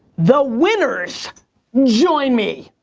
the winners join me.